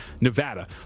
Nevada